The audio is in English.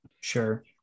Sure